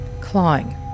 clawing